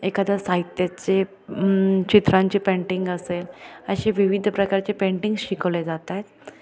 एखाद्या साहित्याचे चित्रांचे पेंटिंग असेल असे विविध प्रकारचे पेंटिंग्स शिकवले जात आहेत